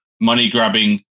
money-grabbing